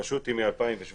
הרשות הוקמה מ-2017.